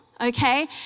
okay